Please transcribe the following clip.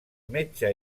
metge